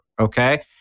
okay